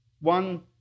One